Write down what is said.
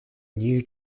new